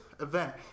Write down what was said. event